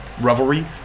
revelry